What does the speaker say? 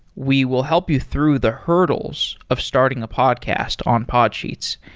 we will help you through the hurdles of starting a podcast on podsheets.